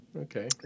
Okay